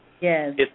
Yes